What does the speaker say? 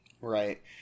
Right